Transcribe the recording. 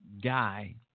guy